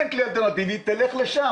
אין כלי אלטרנטיבי ולכן תלך לשם,